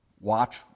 watch